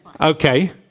Okay